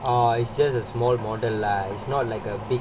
oh it's just a small model lah it's not like a big